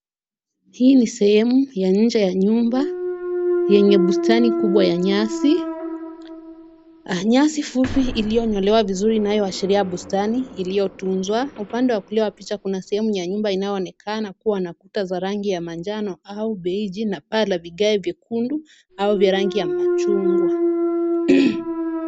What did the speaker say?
Hii ni sehemu ya nje ya nyumba yenye bustani kubwa ya nyasi. Nyasi fupi iliyonyolewa vizuri inayoashiria bustani iliyotunzwa. Upande wa kulia wa picha kuna sehemu ya nyumba inayoonekana kuwa na kuta zenye rangi ya majano au beiji na paa la vigae vyekundu au vya rangi ya machungwa.